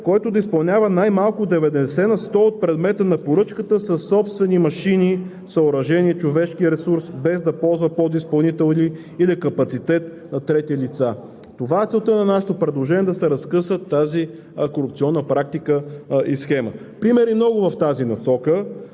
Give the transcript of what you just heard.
който да изпълнява най-малко 90 на сто от предмета на поръчката със собствени машини, съоръжения и човешки ресурс, без да ползва подизпълнител или капацитет на трети лица.“ Целта на нашето предложение е да се разкъса тази корупционна практика и схема. Примерите са много.